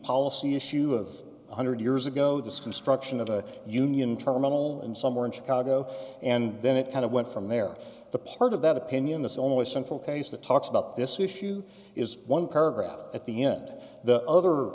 policy issue of one hundred years ago this construction of a union terminal and somewhere in chicago and then it kind of went from there the part of that d opinion is always central case that talks about this issue is one paragraph at the end the other